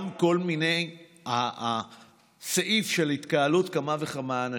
גם הסעיף של התקהלות כמה וכמה אנשים: